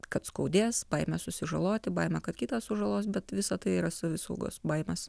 kad skaudės baimė susižaloti baimė kad kitas sužalos bet visa tai yra savisaugos baimės